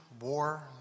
war